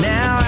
Now